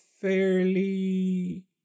fairly